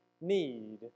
need